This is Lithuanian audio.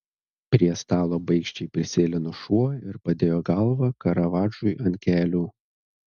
prie stalo baikščiai prisėlino šuo ir padėjo galvą karavadžui ant kelių